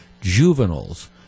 juveniles